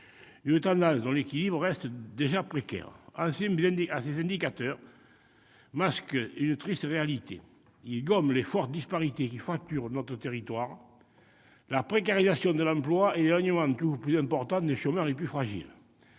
Une tendance dont l'équilibre reste déjà précaire. Ces indicateurs masquent une triste réalité : ils gomment les fortes disparités qui fracturent notre territoire, la précarisation de l'emploi et l'éloignement toujours plus important des chômeurs les plus fragiles.